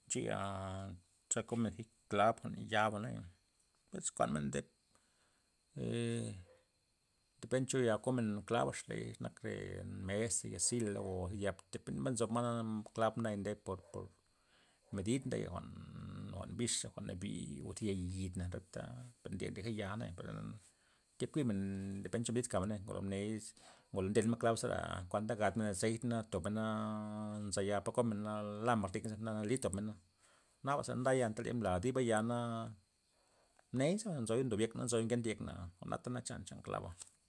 Ncheya xa komen zi klav jwa'n yaba'na pues kuan men nde depen cho ya komen klavex ley nak re mesa' ya zila' o zi ya' pt- pt ma nzo mana clab naya nde por- por medid ndey jwa'n jwa'n bixa' jwa'n nabiy o zi yayidna re ta ndeja ya' naya perna tya kui'men depen cho medid kamen ngolo mney ngolo nden men klab zera kuan'ta ndegadmen azeitna na tobmena, nzaya pa komen lamen marti yekney nali tobmena, naba ze nday teley mday diba yana mney zabay nzo jwi'n dob yekna mbay nzoy ngenya yekna jwa'nata nak chan klaba'.